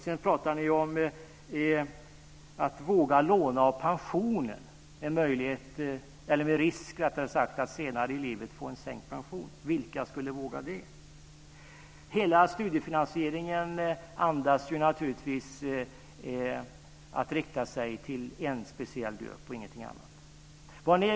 Sedan pratar ni om att man ska våga låna av pensionen med risk för att senare i livet få en sänkt pension. Vilka skulle våga det? Hela studiefinansieringen andas naturligtvis att man riktar sig till en speciell grupp och ingenting annat.